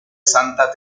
santa